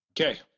Okay